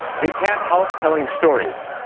they can't help telling stories.